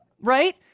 right